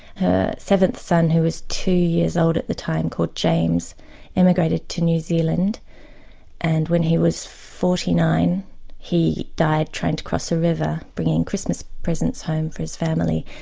her seventh son who was two years old at the time called james emigrated to new zealand and when he was forty nine he died trying to cross a river bringing christmas presents home for his family.